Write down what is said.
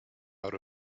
out